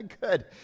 Good